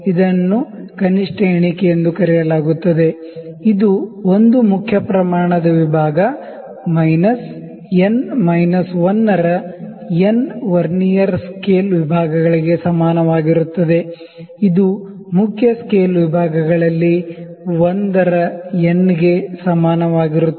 ಇದನ್ನು least count ಎಂದು ಕರೆಯಲಾಗುತ್ತದೆ ಇದು 1 ಮೇನ್ ಸ್ಕೇಲ್ ದ ವಿಭಾಗ ಮೈನಸ್ n ಮೈನಸ್ 1 ರ n ವರ್ನಿಯರ್ ಸ್ಕೇಲ್ ವಿಭಾಗಗಳಿಗೆ ಸಮಾನವಾಗಿರುತ್ತದೆ ಇದು ಮುಖ್ಯ ಸ್ಕೇಲ್ ವಿಭಾಗಗಳಲ್ಲಿ 1 ರ n ಗೆ ಸಮಾನವಾಗಿರುತ್ತದೆ